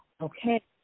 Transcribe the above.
Okay